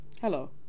Hello